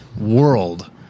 world